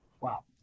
Wow